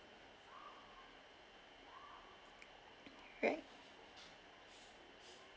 right